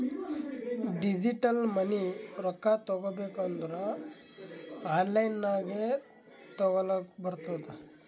digital money ರೊಕ್ಕಾ ತಗೋಬೇಕ್ ಅಂದುರ್ ಆನ್ಲೈನ್ ನಾಗೆ ತಗೋಲಕ್ ಬರ್ತುದ್